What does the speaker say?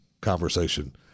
conversation